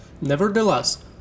Nevertheless